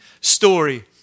story